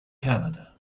canada